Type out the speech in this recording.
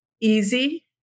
easy